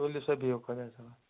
تُلِو سا بِہو خۄدایس حوالہٕ